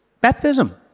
baptism